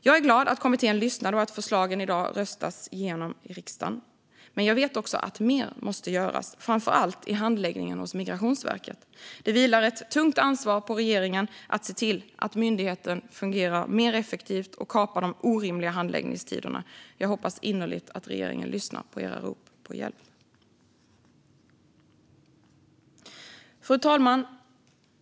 Jag är glad att kommittén lyssnade och att förslagen i dag röstas igenom i riksdagen. Men jag vet också att mer måste göras, framför allt i handläggningen hos Migrationsverket. Det vilar ett tungt ansvar på regeringen att se till att myndigheten fungerar mer effektivt och kapar de orimliga handläggningstiderna. Jag hoppas innerligt att regeringen lyssnar på era rop på hjälp. Fru talman!